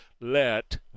let